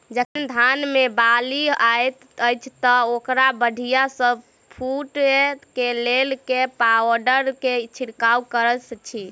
जखन धान मे बाली हएत अछि तऽ ओकरा बढ़िया सँ फूटै केँ लेल केँ पावडर केँ छिरकाव करऽ छी?